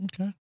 Okay